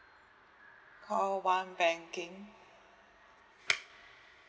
call one banking